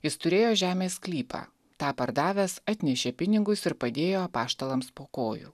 jis turėjo žemės sklypą tą pardavęs atnešė pinigus ir padėjo apaštalams po kojų